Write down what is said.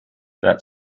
that